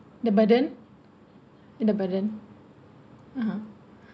the burden and the burden (uh huh)